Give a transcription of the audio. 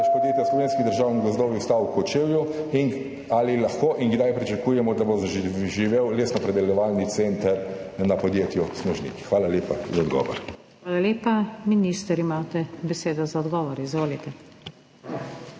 Hvala lepa. Minister, imate besedo za odgovor, izvolite.